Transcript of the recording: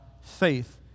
faith